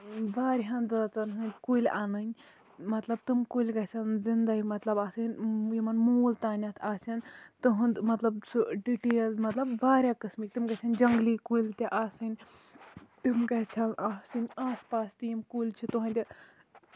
واریاہَن زٲژَن ہٕندۍ کُلۍ اَنٕنۍ مطلب تٔمۍ کُلۍ گژھَن زِندے مطلب کُلۍ آسٕنۍ یِمَن موٗل تانیتھ آسن تُہُند مطلب سُہ ڈِٹیل مطلب واریاہ قٔسمٕکۍ تٔمۍ گژھن جَنگلی کُلۍ تہِ آسٕنۍ تٔمۍ گژھن آسٕنۍ یِم آس پاس تہِ کُلۍ چھِ تُہُندِ